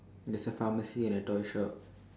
there's a pharmacy and a toy shop